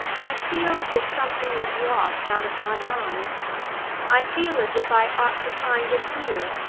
i feel as if something was lost out of my mind i feel as if i ought to find it here.